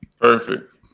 Perfect